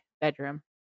bedroom